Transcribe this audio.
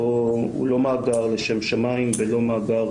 הוא לא מאגר לשם שמים ולא מאגר